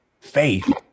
faith